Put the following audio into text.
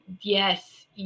Yes